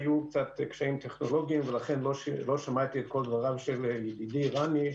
היו קשיים טכנולוגיים ולכן לא שמעתי את כל דבריו של ידידי רני,